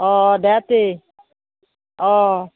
অঁ দিয়া তেই অঁ